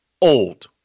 old